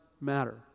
matter